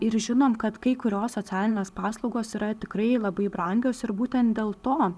ir žinom kad kai kurios socialinės paslaugos yra tikrai labai brangios ir būtent dėl to